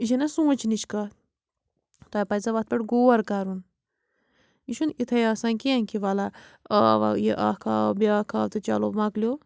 یہِ چھےٚ نہ سونٛچنٕچ کَتھ تۄہہِ پَزیو اَتھ پٮ۪ٹھ غور کَرُن یہِ چھُنہٕ یِتھَے آسان کیٚںٛہہ کہِ وَلا یہِ اَکھ آو بیٛاکھ آو تہٕ چلو مکلیو